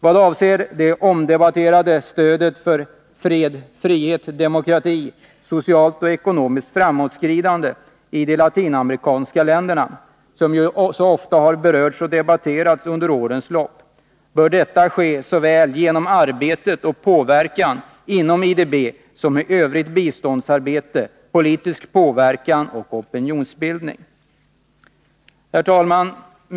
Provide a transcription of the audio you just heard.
Vad avser det omdebatterade stödet för fred, frihet, demokrati och socialt och ekonomiskt framåtskridande i de latinamerikanska länderna — som så ofta har berörts i debatten under årens lopp — bör detta ges såväl genom arbetet inom och påverkan på IDB som i övrigt biståndsarbete, politisk påverkan och opinionsbildning. Fru talman!